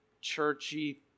churchy